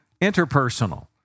interpersonal